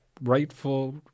rightful